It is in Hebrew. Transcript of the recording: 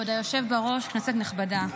כבוד היושב בראש, כנסת נכבדה,